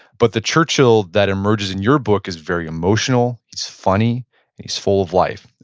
but the churchill that emerges in your book is very emotional. he's funny and he's full of life.